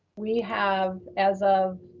we have as of